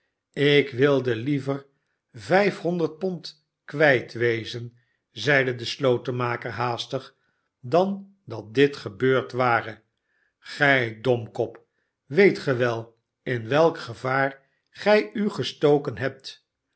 slk wilde liever vijfhonderd pond kwijt wezen zeide de slotenmaker haastig sdan dat dit gebeurd ware gij domkop weet gij wel in welk gevaar gij u gestoken hebt